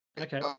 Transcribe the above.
Okay